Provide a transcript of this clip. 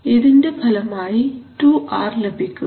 ഇതിന്റെ ഫലമായി ടുആർ ലഭിക്കുന്നു